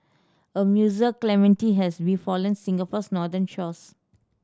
a mussel calamity has befallen Singapore's northern shores